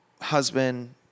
husband